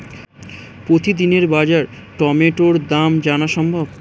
প্রতিদিনের বাজার টমেটোর দাম জানা সম্ভব?